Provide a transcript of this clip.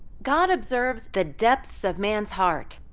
god observes the depths of man's heart.